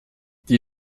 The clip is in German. die